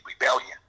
rebellion